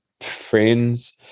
friends